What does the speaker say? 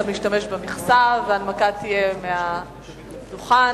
אתה משתמש במכסה וההנמקה תהיה מהדוכן.